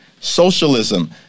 socialism